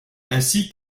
ainsi